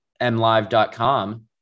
MLive.com